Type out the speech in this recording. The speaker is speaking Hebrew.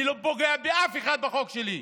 אני לא פוגע באף אחד בחוק שלי.